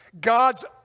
God's